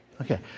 Okay